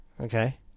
okay